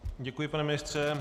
Děkuji, pane ministře.